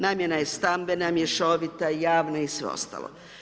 Namjena je stambena, mješovita, javna i sve ostalo.